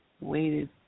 waited